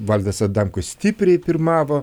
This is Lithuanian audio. valdas adamkus stipriai pirmavo